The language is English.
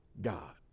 God